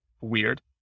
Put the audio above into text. weird